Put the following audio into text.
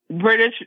British